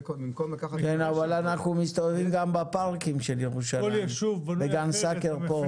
אבל אנחנו מסתובבים גם בפארקים של ירושלים בגן סאקר פה,